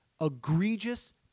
egregious